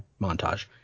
montage